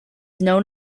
known